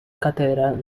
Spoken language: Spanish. catedral